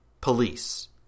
Police